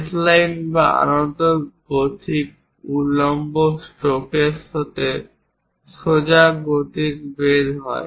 baseline বা আনত gothic উল্লম্ব স্ট্রোক সঙ্গে সোজা গথিক বেধ হয়